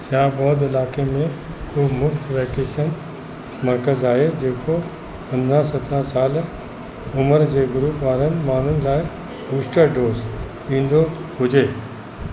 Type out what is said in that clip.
छा बौध इलाइक़े में को मुफ़्त वैकेशन मर्कज़ आहे जेको पंद्रहं सत्रहं साल उमिरि जे ग्रूप वारनि माण्हुनि लाइ बूस्टर डोज़ ॾींदो हुजे